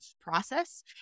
process